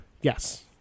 Yes